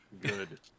Good